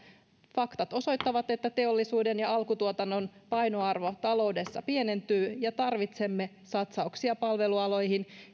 faktat osoittavat että teollisuuden ja alkutuotannon painoarvo taloudessa pienentyy ja tarvitsemme satsauksia palvelualoihin